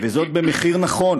וזאת במחיר נכון